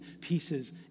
pieces